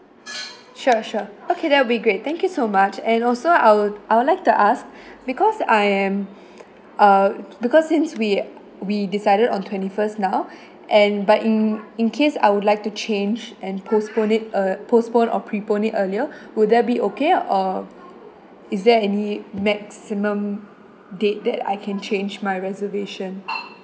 sure sure okay that'll be great thank you so much and also I would I would like to ask because I am uh because since we we decided on twenty first now and but in in case I would like to change and postpone it uh postpone or prepone it earlier would that be okay or is there any maximum date that I can change my reservation